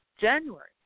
january